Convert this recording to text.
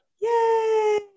Yay